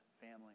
family